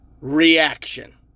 reaction